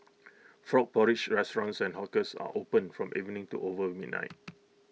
frog porridge restaurants and hawkers are opened from evening to over midnight